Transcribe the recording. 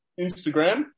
Instagram